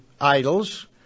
idols